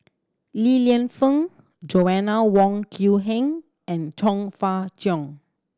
Li Lienfung Joanna Wong Quee Heng and Chong Fah Cheong